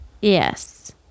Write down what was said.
Yes